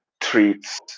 treats